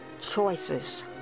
choices